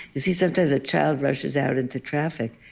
you see sometimes a child rushes out into traffic,